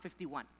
51